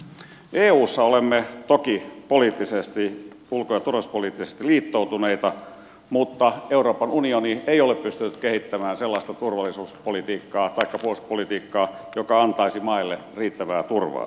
eussa olemme toki poliittisesti ulko ja turvallisuuspoliittisesti liittoutuneita mutta euroopan unioni ei ole pystynyt kehittämään sellaista turvallisuuspolitiikkaa taikka puolustuspolitiikkaa joka antaisi maille riittävää turvaa